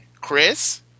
Chris